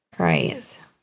Right